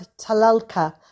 Talalka